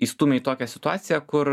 įstūmė į tokią situaciją kur